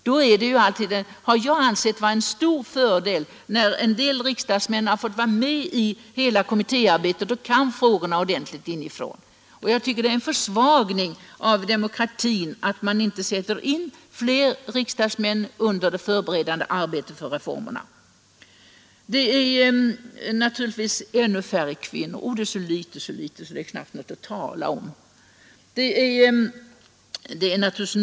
Jag har då ansett det vara en stor fördel när en del riksdagsmän fått vara med i kommittéarbetet och kan frågorna ordentligt inifrån. Jag tycker att det är en försvagning av demokratin att man inte sätter in fler riksdagsmän under det förberedande arbetet på reformerna. Och naturligtvis är det ett ännu mindre antal kvinnor med i kommittéerna — det är så litet, så litet att det knappt är någonting att tala om.